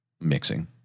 mixing